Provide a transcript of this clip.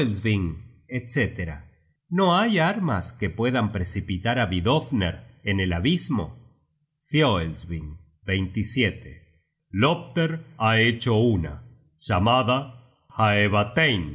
etc no hay armas que puedan precipitar á vidofner en el abismo fioelsving lopter ha hecho una llamada